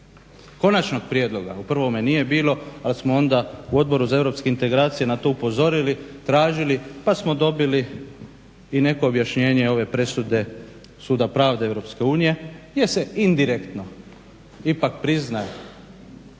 konačnog prijedloga, u prvome nije bilo, ali smo onda u Odboru za europske integracije na to upozorili, tražili pa smo dobili i neko objašnjenje ove presude Suda pravde EU gdje se indirektno ipak priznaje